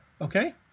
Okay